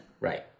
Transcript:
Right